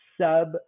sub